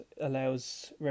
allows